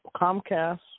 Comcast